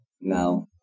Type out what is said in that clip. now